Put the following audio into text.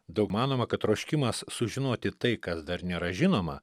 daug manoma kad troškimas sužinoti tai kas dar nėra žinoma